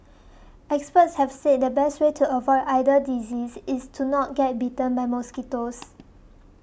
experts have said the best way to avoid either disease is to not get bitten by mosquitoes